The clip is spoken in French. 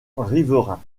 riverains